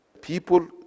people